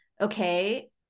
okay